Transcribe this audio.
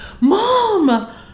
Mom